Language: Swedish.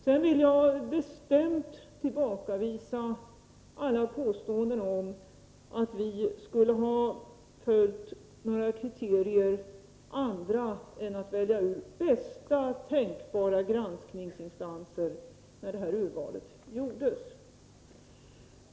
Sedan vill jag bestämt tillbakavisa alla påståenden om att vi skulle ha följt några andra kriterier än att välja ut bästa tänkbara granskningsinstanser när urvalet gjordes.